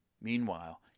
Meanwhile